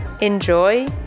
enjoy